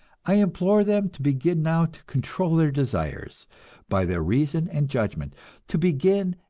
i implore them to begin now to control their desires by their reason and judgment to begin,